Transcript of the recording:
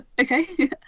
okay